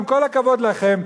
עם כל הכבוד לכם,